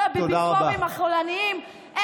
כל הביביפובים החולניים?